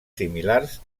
similars